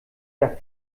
der